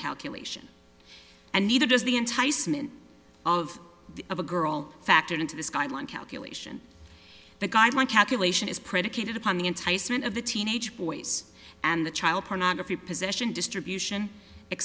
calculation and neither does the enticement of a girl factored into this guideline calculation the guideline calculation is predicated upon the enticement of the teenage boys and the child pornography possession distribution